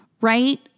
Right